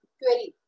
query